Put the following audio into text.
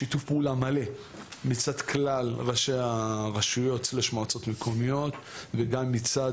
שיתוף פעולה מלא מצד כלל ראשי הרשויות/מועצות מקומיות וגם מצד